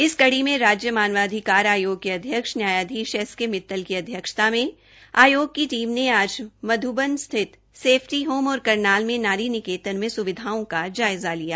इसी कडी में राज्य मानवाधिकार आयोग के अध्यक्ष न्यायाधीष एसके मिततल की अध्यक्षता में आयोग की टीम आज मधुबन स्थित सेफ्टी होम और करनाल में नारी निकेतन में सुविधाओं का जायजा लिया